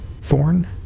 Thorn